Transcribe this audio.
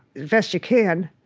as best you can,